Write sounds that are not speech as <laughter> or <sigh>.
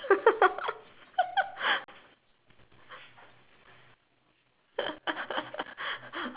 <laughs>